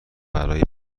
برای